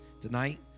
Tonight